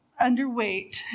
underweight